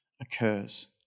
occurs